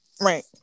Right